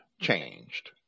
changed